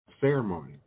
ceremony